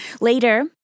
Later